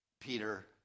Peter